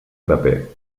paper